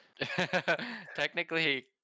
Technically